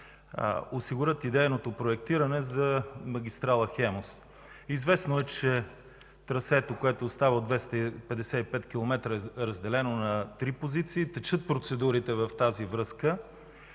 осигури идейното проектиране за магистрала „Хемус”. Известно е, че трасето, което остава от 255 км, е разделено на три позиции, текат процедурите в тази връзка